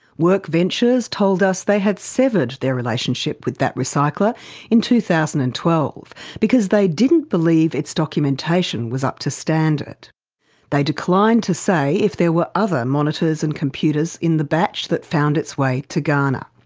workventures told us they had severed their relationship with that recycler in two thousand and twelve because they didn't believe its documentation was up to standard. they declined to say if there were other monitors and computers in the batch that found its way to ghana.